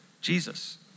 Jesus